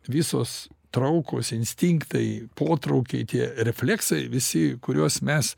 visos traukos instinktai potraukiai tie refleksai visi kuriuos mes